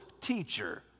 teacher